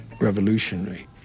revolutionary